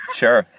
sure